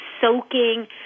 soaking